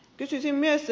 kysyisin myös